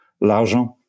L'Argent